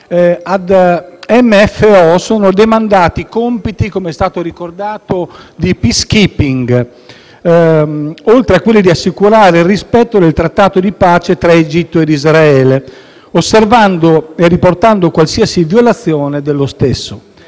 sono demandati compiti di *peacekeeping*, oltre a quello di assicurare il rispetto del Trattato di pace tra Egitto ed Israele, osservando e riportando qualsiasi violazione dello stesso.